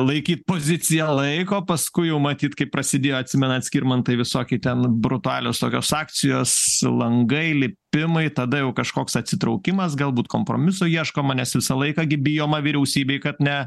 laikyt poziciją laiko paskui jau matyt kai prasidėjo atsimenat skirmantai visoki ten brutalios tokios akcijos langai lipimai tada jau kažkoks atsitraukimas galbūt kompromiso ieškoma nes visą laiką gi bijoma vyriausybei kad ne